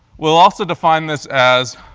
we'll also define this as